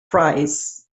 prize